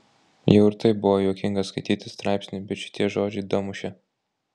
jau ir taip buvo juokinga skaityti straipsnį bet šitie žodžiai damušė